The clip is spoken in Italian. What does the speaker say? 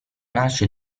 nasce